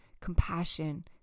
compassion